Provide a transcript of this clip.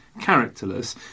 characterless